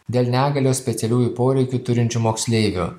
dėl negalios specialiųjų poreikių turinčių moksleivių